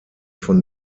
von